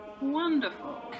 Wonderful